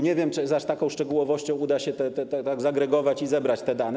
Nie wiem, czy z aż taką szczegółowością uda się zagregować i zebrać te dane.